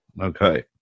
Okay